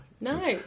No